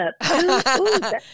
up